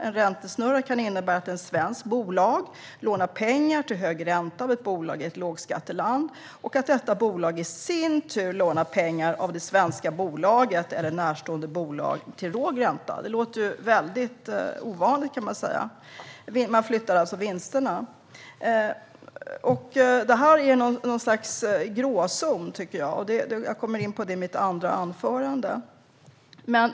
En räntesnurra kan innebära att ett svenskt bolag lånar pengar till hög ränta av ett bolag i ett lågskatteland och att detta bolag i sin tur lånar pengar av det svenska bolaget eller närstående bolag till låg ränta. Det låter ovanligt, kan man säga. Man flyttar alltså vinsterna. Jag tycker att detta är något slags gråzon, och jag kommer in på det i mitt andra inlägg.